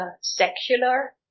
secular